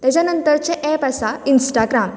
तेच्या नंतरचें एप आसा इन्स्टाग्राम